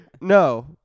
no